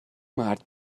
مرد